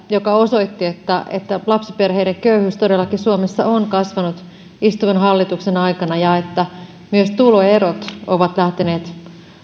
joka osoitti että että lapsiperheiden köyhyys suomessa on todellakin kasvanut istuvan hallituksen aikana ja että myös tuloerot ovat lähteneet